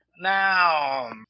Now